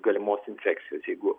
galimos infekcijos jeigu